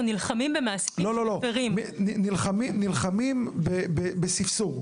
אנחנו נלחמים במעסיקים שמפרים --- נלחמים בספסור,